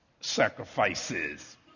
sacrifices